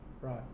right